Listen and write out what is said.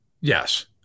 Yes